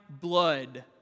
blood